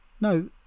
no